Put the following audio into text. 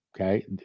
okay